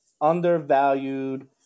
undervalued